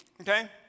Okay